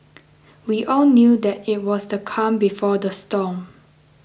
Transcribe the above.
we all knew that it was the calm before the storm